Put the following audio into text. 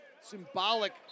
symbolic